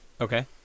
okay